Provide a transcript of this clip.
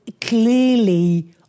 clearly